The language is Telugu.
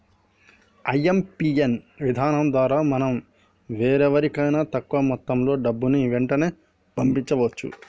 ఐ.ఎం.పీ.యస్ విధానం ద్వారా మనం వేరెవరికైనా తక్కువ మొత్తంలో డబ్బుని వెంటనే పంపించవచ్చు